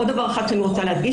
עוד דבר אחד שאני רוצה להדגיש,